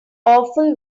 awful